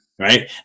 right